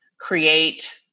create